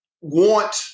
want